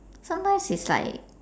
sometimes it's like